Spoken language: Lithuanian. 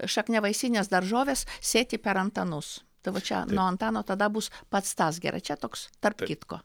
šakniavaisines daržoves sėti per antanus tai va čia nuo antano tada bus pats tas gerai čia toks tarp kitko